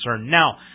Now